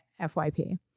FYP